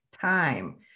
time